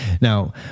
Now